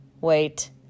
Wait